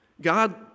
God